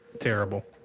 Terrible